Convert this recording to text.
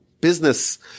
business